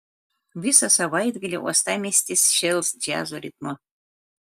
visą savaitgalį uostamiestis šėls džiazo ritmu